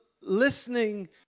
listening